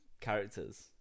characters